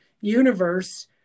universe